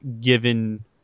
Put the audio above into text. given